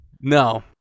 No